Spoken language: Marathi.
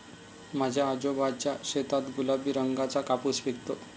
माझ्या आजोबांच्या शेतात गुलाबी रंगाचा कापूस पिकतो